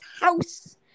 house